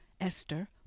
Esther